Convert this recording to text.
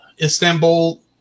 Istanbul